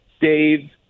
Dave